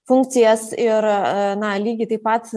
funkcijas ir na lygiai taip pat